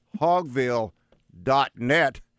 hogville.net